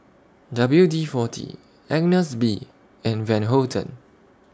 W D forty Agnes B and Van Houten